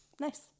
Nice